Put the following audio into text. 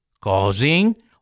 causing